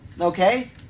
Okay